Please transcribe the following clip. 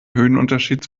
höhenunterschied